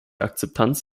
akzeptanz